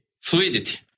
fluidity